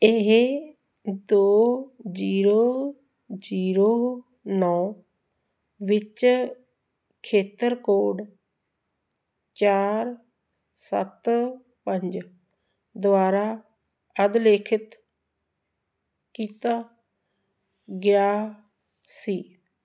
ਇਹ ਦੋ zero zero ਨੌਂ ਵਿੱਚ ਖੇਤਰ ਕੋਡ ਚਾਰ ਸੱਤ ਪੰਜ ਦੁਆਰਾ ਅਧਲੇਖਿਤ ਕੀਤਾ ਗਿਆ ਸੀ